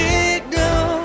Signal